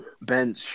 Ben